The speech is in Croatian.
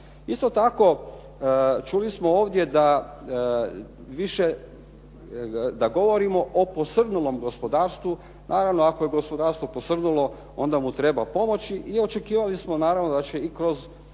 Isto tako, čuli smo ovdje da govorimo o posrnulom gospodarstvu. Naravno, ako je gospodarstvo posrnulo onda mu treba pomoći i očekivali smo naravno da će i kroz